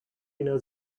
knows